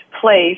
place